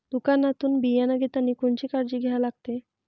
दुकानातून बियानं घेतानी कोनची काळजी घ्या लागते?